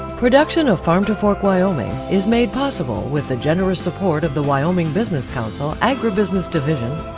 production of farm to fork wyoming is made possible with the generous support of the wyoming business council, agro-business division,